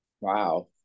Wow